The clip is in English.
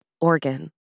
organ